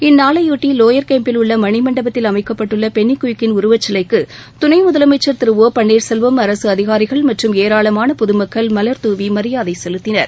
இந்நாளையாட்டிலோயர்கேம்பில் உள்ளமணிமண்டபத்தில் அமைக்கப்பட்டுள்ளபென்னிகுவிக்கின் உருவச்சிலைக்குதுணைமுதலமைச்சர் திரு ஒ பன்னீர்செல்வம் அரசுஅதிகாரிகள் மற்றும் ஏராளமானமக்கள் மலர்தூவிமரியாதைசெலுத்தினர்